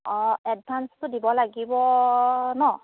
অঁ এডভাঞ্চটো দিব লাগিব নহ্